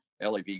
LAV